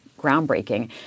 groundbreaking